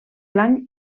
blanc